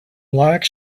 black